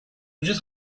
وجود